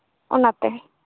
ᱚᱱᱟᱛᱮ